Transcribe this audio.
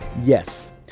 Yes